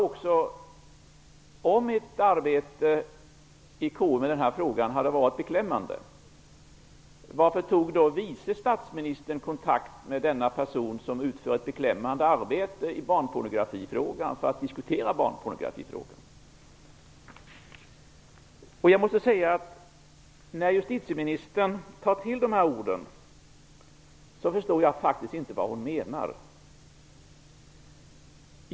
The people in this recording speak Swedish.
Om mitt arbete i KU har varit beklämmande, varför tog vice statsministern kontakt med denna person som har utfört ett beklämmande arbete för att diskutera barnpornografifrågan? Jag förstår faktiskt inte vad justitieministern menar när hon tar till dessa ord.